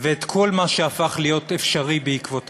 ואת כל מה שהפך להיות אפשרי בעקבותיו: